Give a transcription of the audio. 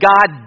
God